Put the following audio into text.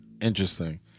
Interesting